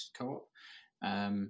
co-op